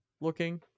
looking